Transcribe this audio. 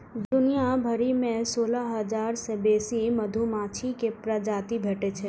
दुनिया भरि मे सोलह हजार सं बेसी मधुमाछी के प्रजाति भेटै छै